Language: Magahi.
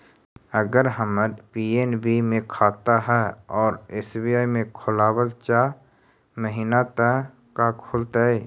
अगर हमर पी.एन.बी मे खाता है और एस.बी.आई में खोलाबल चाह महिना त का खुलतै?